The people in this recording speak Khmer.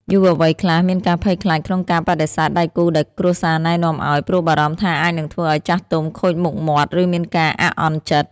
យុវវ័យខ្លះមានការភ័យខ្លាចក្នុងការបដិសេធដៃគូដែលគ្រួសារណែនាំឱ្យ ព្រោះបារម្ភថាអាចនឹងធ្វើឱ្យចាស់ទុំខូចមុខមាត់ ឬមានការអាក់អន់ចិត្ត។